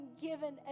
given